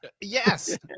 yes